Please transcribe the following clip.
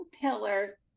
pillar